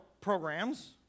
programs